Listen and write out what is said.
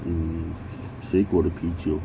mm 水果的啤酒